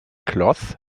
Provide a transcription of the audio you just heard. cloth